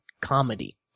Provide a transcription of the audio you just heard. comedy